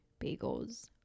bagels